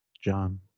John